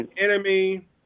enemy